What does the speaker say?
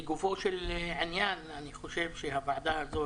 לגופו של עניין, אני חושב שהוועדה הזו